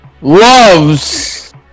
loves